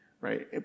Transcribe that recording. right